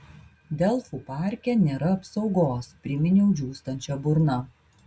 delfų parke nėra apsaugos priminiau džiūstančia burna